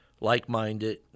like-minded